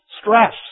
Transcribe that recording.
Stress